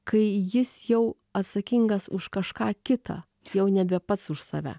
kai jis jau atsakingas už kažką kitą jau nebe pats už save